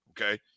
okay